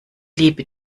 liebe